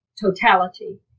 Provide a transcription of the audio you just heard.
totality